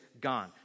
gone